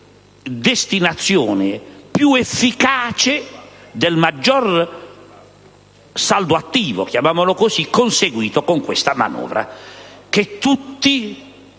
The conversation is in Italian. destinazione più efficace del maggior saldo attivo - chiamiamolo così - conseguito con questa manovra.